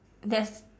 that's